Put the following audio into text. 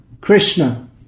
Krishna